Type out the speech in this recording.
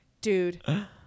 dude